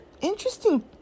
interesting